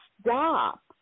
stop